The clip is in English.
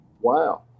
wow